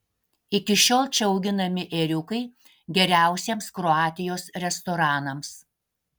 iki šiol čia auginami ėriukai geriausiems kroatijos restoranams